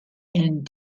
and